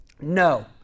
No